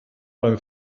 beim